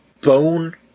bone